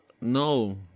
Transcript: No